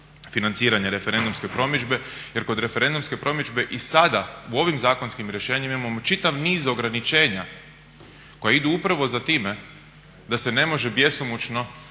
referendumske promidžbe. Jer kod referendumske promidžbe i sada u ovim zakonskim rješenjima imamo čitav niz ograničenja koja idu upravo za time da se ne može bjesomučno